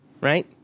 Right